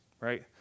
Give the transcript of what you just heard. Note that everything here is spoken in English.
right